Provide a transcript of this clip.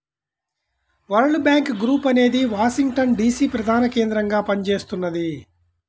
world Bank Group అనేది Washington DC ప్రధానకేంద్రంగా పనిచేస్తున్నది